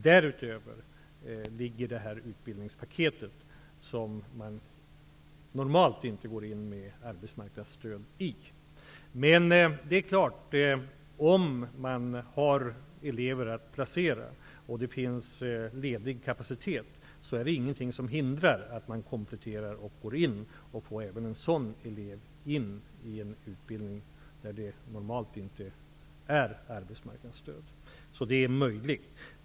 Därutöver har vi lagt fram det här utbildningspaketet, i vilket man normalt inte går in med arbetsmarknadsstöd. Men om man har elever att placera och det finns ledig kapacitet, är det självfallet ingenting som hindrar att man kompletterar med att ge arbetsmarknadsstöd även till en elev för vilken det normalt inte utgår sådant stöd. Det är alltså möjligt.